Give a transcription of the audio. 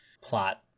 plot